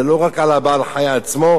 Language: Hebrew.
זה לא רק על בעל-החיים עצמו.